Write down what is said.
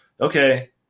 Okay